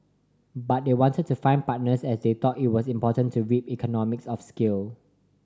but they wanted to find partners as they thought it was important to reap economies of scale